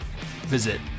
Visit